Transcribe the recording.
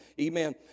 Amen